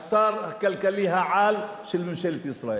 השר הכלכלי-על של ממשלת ישראל.